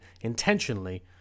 intentionally